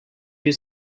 you